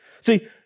See